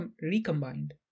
recombined